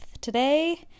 today